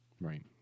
Right